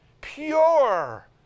pure